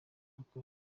idakora